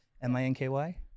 M-I-N-K-Y